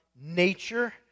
nature